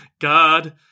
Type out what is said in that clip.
God